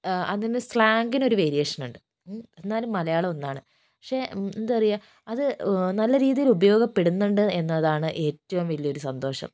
ആ അതിന്റെ സ്ലാങ്ങിന് ഒരു വേരിയേഷൻ ഉണ്ട് എന്നാലും മലയാളം ഒന്നാണ് പക്ഷേ പക്ഷേ എന്താ പറയുക അത് നല്ല രീതിയിൽ ഉപയോഗപ്പെടുന്നുണ്ട് എന്നതാണ് ഏറ്റവും വലിയ ഒരു സന്തോഷം